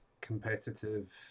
competitive